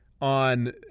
on